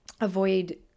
avoid